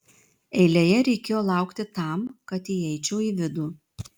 eilėje reikėjo laukti tam kad įeičiau į vidų